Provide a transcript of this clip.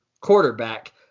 quarterback